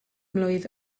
mlwydd